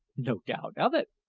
no doubt of it,